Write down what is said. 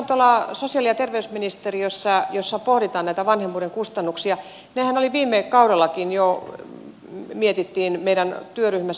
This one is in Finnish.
meillä tuolla sosiaali ja terveysministeriössä jossa pohditaan näitä vanhemmuuden kustannuksia niitähän viime kaudellakin jo mietittiin meidän työryhmässä